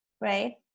right